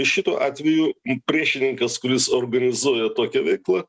šituo atveju priešininkas kuris organizuoja tokią veiklą